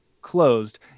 closed